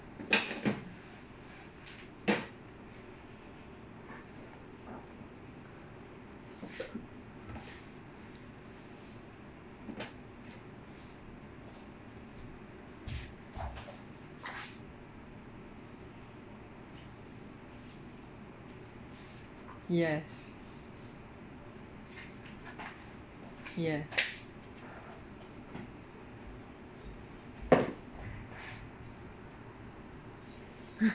yes yes yes